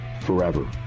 forever